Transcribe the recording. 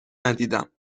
ندیدم